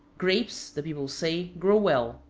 grapes, the people say, grow well,